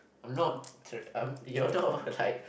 I'm not tr~ um you're not like